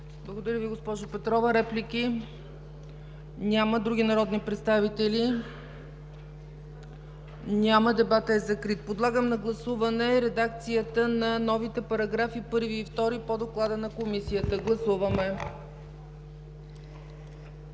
Благодаря Ви, госпожо Петрова. Реплики? Няма. Други народни представители? Няма. Дебатът е закрит. Подлагам на гласуване редакцията на новите параграфи 1 и 2 по доклада на Комисията. Гласували